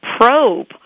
probe